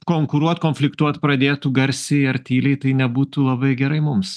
konkuruot konfliktuot pradėtų garsiai ar tyliai tai nebūtų labai gerai mums